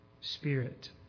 Spirit